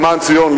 למען ציון.